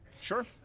Sure